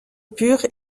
pure